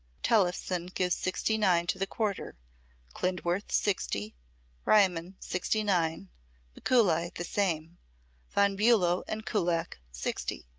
tellefsen gives sixty nine to the quarter klindworth, sixty riemann, sixty nine mikuli, the same von bulow and kullak, sixty.